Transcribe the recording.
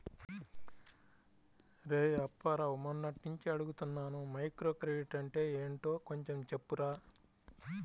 రేయ్ అప్పారావు, మొన్నట్నుంచి అడుగుతున్నాను మైక్రోక్రెడిట్ అంటే ఏంటో కొంచెం చెప్పురా